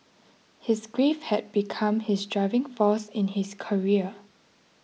his grief had become his driving force in his career